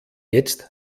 jetzt